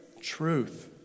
Truth